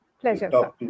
Pleasure